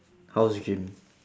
house gym